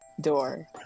Door